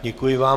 Děkuji vám.